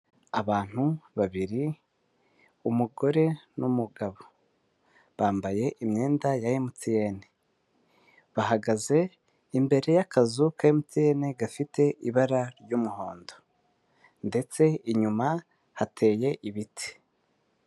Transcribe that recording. Abantu babiri umugore n'umugabo, bambaye imyenda ya MTN bahagaze imbere y'akazu ka MTN gafite ibara ry'umuhondo, ndetse inyuma hateye ibiti.